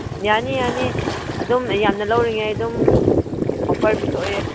ꯌꯥꯅꯤ ꯌꯥꯅꯤ ꯑꯗꯨꯝ ꯌꯥꯝꯅ ꯂꯧꯔꯤꯉꯥꯏ ꯑꯗꯨꯝ ꯑꯣꯐꯔ ꯄꯤꯊꯣꯛꯑꯦ